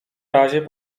razie